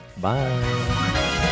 Bye